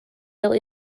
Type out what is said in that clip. fel